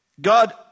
God